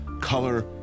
color